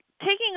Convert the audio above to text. taking